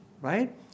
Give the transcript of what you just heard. Right